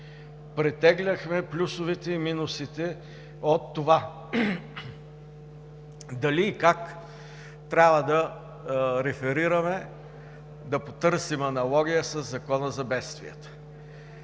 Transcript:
Претегляхме плюсовете и минусите от това дали и как трябва да реферираме, да потърсим аналогия със Закона за бедствията,